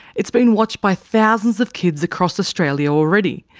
its been watched by thousands of kids across australia already.